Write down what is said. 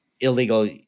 illegal